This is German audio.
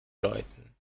läuten